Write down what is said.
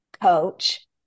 coach